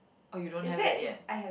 oh you don't have that yet